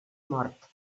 mort